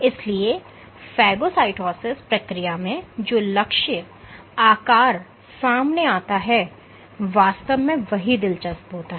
इसलिए फेगोसाइटोसिस प्रक्रिया में जो लक्ष्य आकार सामने आता है वास्तव में वही दिलचस्प होता है